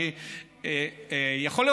יכול להיות,